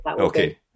Okay